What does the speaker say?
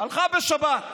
הלכה בשבת,